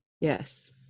Yes